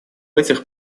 этих